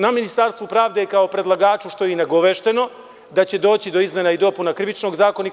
Na Ministarstvu pravde je kao predlagaču, što je i nagovešteno, da će doći do izmena i dopuna Krivičnog zakonika.